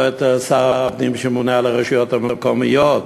או את שר הפנים, שממונה על הרשויות המקומיות,